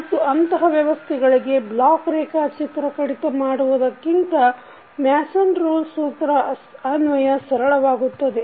ಮತ್ತು ಅಂತಹ ವ್ಯವಸ್ಥೆಗಳಿಗೆ ಬ್ಲಾಕ್ ರೇಖಾಚಿತ್ರ ಕಡಿತ ಮಾಡುವುದಕ್ಕಿಂತ ಮ್ಯಾಸನ್ ರೂಲ್ ಸೂತ್ರ ಅನ್ವಯ ಸರಳವಾಗುತ್ತದೆ